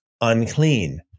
unclean